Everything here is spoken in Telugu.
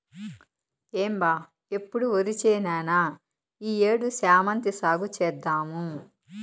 ఏం బా ఎప్పుడు ఒరిచేనేనా ఈ ఏడు శామంతి సాగు చేద్దాము